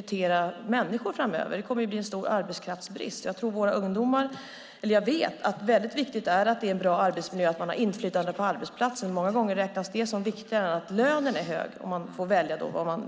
rekrytera människor framöver. Det kommer att bli en stor arbetskraftsbrist, och jag vet att det är viktigt för våra ungdomar med bra arbetsmiljö och inflytande på arbetsplatsen. Många gånger räknas det som viktigare än att lönen är hög.